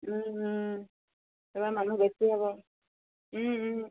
এইবাৰ মানুহ বেছি হ'ব